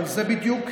אבל זה בדיוק,